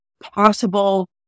possible